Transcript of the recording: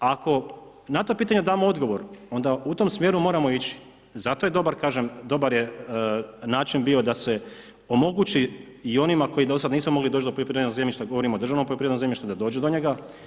Ako na to pitanje damo odgovor, onda u tome smjeru moramo ići, zato je dobar način bio da se omogući i onima koji do sada nisu mogli doći do poljoprivrednog zemljišta, govorimo o državnom poljoprivrednom zemljištu da dođu do njega.